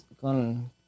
con